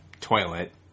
toilet